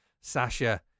Sasha